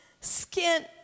skin